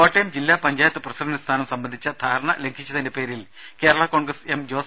കോട്ടയം ജില്ലാ പഞ്ചായത്ത് പ്രസിഡന്റ് സ്ഥാനം സംബന്ധിച്ച ധാരണ ലംഘിച്ചതിന്റെ പേരിൽ കേരളാ കോൺഗ്രസ് എം ജോസ്